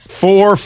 four